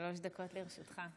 שלוש דקות לרשותך.